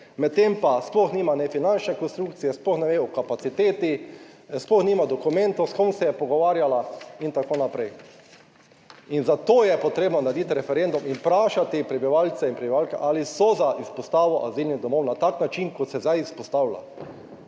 medtem pa sploh nima ne finančne konstrukcije, sploh ne ve o kapaciteti, sploh nima dokumentov s kom se je pogovarjala in tako naprej. In zato je potrebno narediti referendum in vprašati prebivalce in prebivalke, ali so za izpostavo azilnih domov na tak način, kot se zdaj izpostavlja.